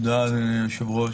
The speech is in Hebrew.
תודה ליושב-ראש.